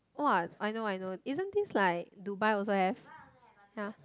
!wah! I know I know isn't this like Dubai also have ya